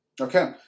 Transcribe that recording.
Okay